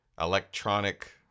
electronic